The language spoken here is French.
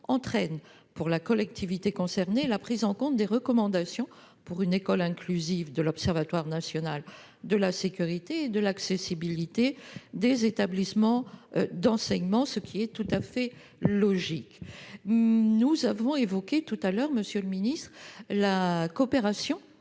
entraîne pour la collectivité concernée la prise en compte des recommandations pour une école inclusive de l'Observatoire national de la sécurité et de l'accessibilité des établissements d'enseignement. Nous avons évoqué, monsieur le ministre, la coopération